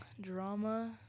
Drama